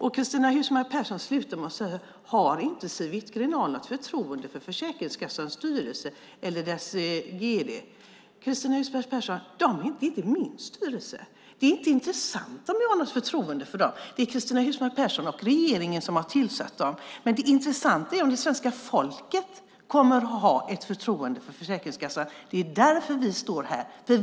Cristina Husmark Pehrsson slutar med att säga: Har inte Siw Wittgren-Ahl något förtroende för Försäkringskassans styrelse eller dess gd? Det är inte min styrelse, Cristina Husmark Pehrsson. Det är inte intressant om jag har något förtroende för den. Det är Cristina Husmark Pehrsson och regeringen som har tillsatt den. Det intressanta är om svenska folket kommer att ha ett förtroende för Försäkringskassan. Det är därför vi står här.